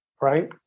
Right